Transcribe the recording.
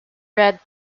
red